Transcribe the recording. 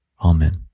Amen